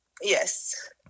Yes